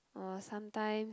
or sometimes